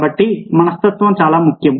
కాబట్టి మనస్తత్వం చాలా ముఖ్యం